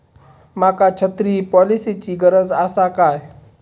माका छत्री पॉलिसिची गरज आसा काय?